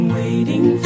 waiting